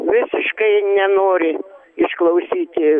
visiškai nenori išklausyti